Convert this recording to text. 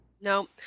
No